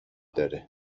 داره